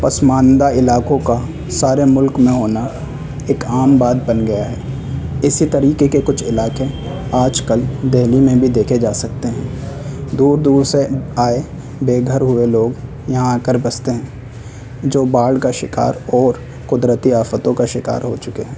پسماندہ علاقوں کا سارے ملک میں ہونا ایک عام بات بن گیا ہے اسی طریقے کے کچھ علاقے آج کل دہلی میں بھی دیکھے جا سکتے ہیں دور دور سے آئے بے گھر ہوئے لوگ یہاں آ کر بستے ہیں جو باڑھ کا شکار اور قدرتی آفتوں کا شکار ہو چکے ہیں